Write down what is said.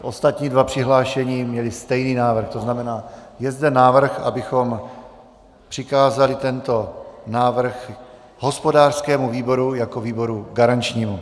Ostatní dva přihlášení měli stejný návrh, to znamená, je zde návrh, abychom přikázali tento návrh hospodářskému výboru jako výboru garančnímu.